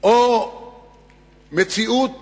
או מציאות